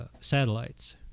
satellites